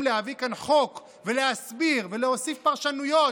להביא כאן חוק ולהסביר ולהוסיף פרשנויות,